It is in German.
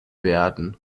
werden